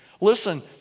listen